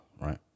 right